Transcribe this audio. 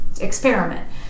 experiment